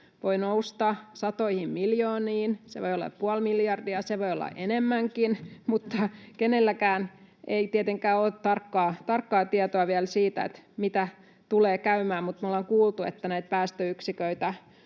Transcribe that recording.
voi nousta satoihin miljooniin. Se voi olla puoli miljardia, ja se voi olla enemmänkin. Kenelläkään ei tietenkään ole tarkkaa tietoa vielä, mitä tulee käymään, mutta me ollaan kuultu, että näitä päästöyksiköitä